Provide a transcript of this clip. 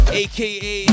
aka